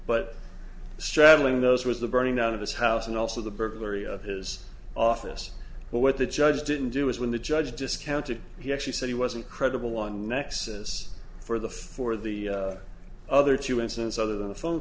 but straddling those was the burning out of this house and also the burglary of his office but what the judge didn't do is when the judge discounted he actually said he wasn't credible on nexus for the for the other two incidents other than the phone